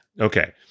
Okay